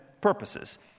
purposes